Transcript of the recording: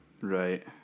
Right